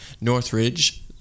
Northridge